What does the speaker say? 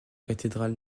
cathédrale